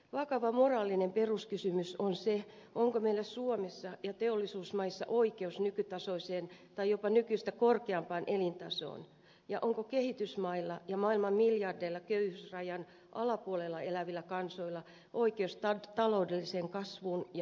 vakava moraalinen peruskysymys on se onko meillä suomessa ja teollisuusmaissa oikeus nykytasoiseen tai jopa nykyistä korkeampaan elintasoon ja onko kehitysmailla ja maailman miljardeilla köyhyysrajan alapuolella elävillä kansoilla oikeus taloudelliseen kasvuun ja hyvinvointiin